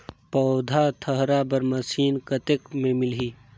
पौधा थरहा बर मशीन कतेक मे मिलही?